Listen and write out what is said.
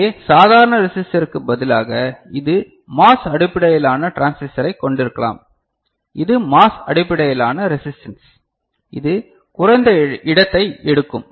இங்கே சாதாரண ரெஸிஸ்டருக்கு பதிலாக இது MOS அடிப்படையிலான டிரான்சிஸ்டரைக் கொண்டிருக்கலாம் இது MOS அடிப்படையிலான ரெஸிஸ்டன்ஸ் இது குறைந்த இடத்தை எடுக்கும்